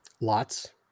Lots